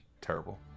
terrible